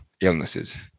illnesses